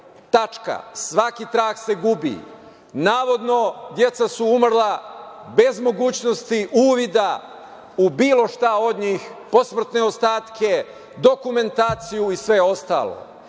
tačka. Svaki trag se gubi. Navodno, deca su umrla bez mogućnosti uvida u bilo šta od njih, posmrtne ostatke, dokumentaciju i sve ostalo.